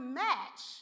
match